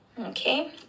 Okay